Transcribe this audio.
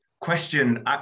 question